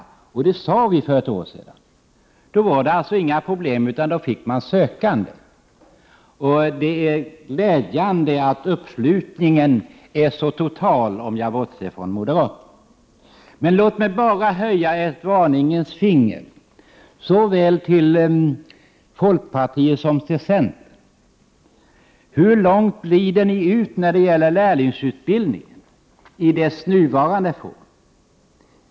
Det sade vi också för ett år sedan. Det blev alltså inga problem utan man fick sökande till denna utbildning. Det är glädjande att uppslutningen i denna fråga är så total, alltså bortsett från moderaterna. Men låt mig höja ett varningens finger till såväl folkpartiet som miljöpartiet. Hur långt glider ni ut när det gäller lärlingsutbildningen i dess nuvarande form?